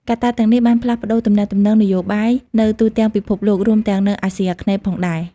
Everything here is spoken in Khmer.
កត្តាទាំងនេះបានផ្លាស់ប្តូរទំនាក់ទំនងនយោបាយនៅទូទាំងពិភពលោក រួមទាំងនៅអាស៊ីអាគ្នេយ៍ផងដែរ។